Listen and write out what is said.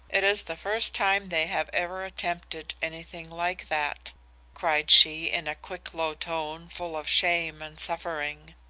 it is the first time they have ever attempted anything like that cried she in a quick low tone full of shame and suffering.